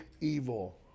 evil